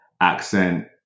accent